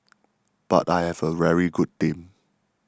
but I have a very good team